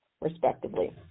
respectively